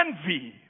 envy